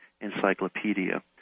encyclopedia